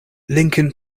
lincoln